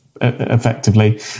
Effectively